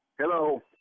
Hello